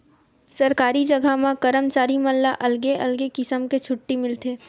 सरकारी जघा म करमचारी मन ला अलगे अलगे किसम के छुट्टी मिलथे